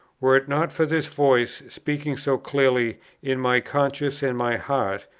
were it not for this voice, speaking so clearly in my conscience and my heart,